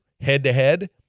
head-to-head